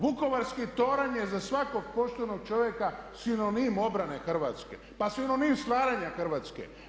Vukovarski toranj je za svakog poštenog čovjeka sinonim obrane Hrvatske, pa sinonim stvaranja Hrvatske.